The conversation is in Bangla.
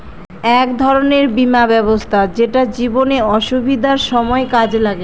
এক ধরনের বীমা ব্যবস্থা যেটা জীবনে অসুবিধার সময় কাজে লাগে